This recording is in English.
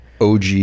OG